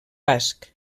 basc